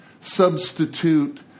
substitute